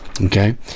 Okay